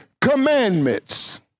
commandments